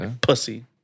Pussy